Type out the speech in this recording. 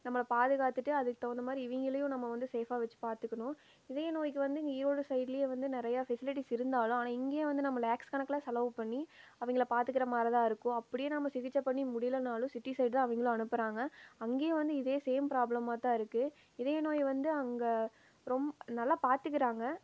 நம்மள பாதுகாத்துகிட்டு அதுக்கு தகுந்த மாதிரி இவங்களையும் நம்ம வந்து சேஃபாக வைச்சு பார்த்துக்குணும் இதய நோய்க்கு வந்து இங்கே ஈரோடு சைடுலேயே வந்து நிறையா ஃபெசிலிட்டிஸ் இருந்தாலும் ஆனால் இங்கேயே வந்து நம்ம லேக்ஸ் கணக்கில் செலவு பண்ணி அவங்கள பார்த்துக்கிற மாதிரி தான் இருக்கும் அப்படியே நம்ம சிகிச்சை பண்ண முடியலனாலும் சிட்டி சைடுதான் அவங்களும் அனுப்புகிறாங்க அங்கேயும் வந்து இதே சேம் ப்ராப்ளமாக தான் இருக்குது இதய நோய் வந்து அங்கே ரொம் நல்லா பார்த்துகிறாங்க